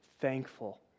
thankful